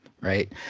right